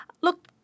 look